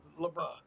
LeBron